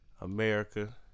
America